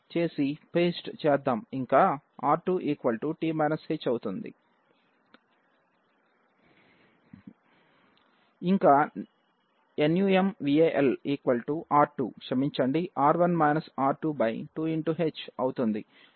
ఇంకా numVal r2 క్షమించండి r1 r2 2 h అవుతుంది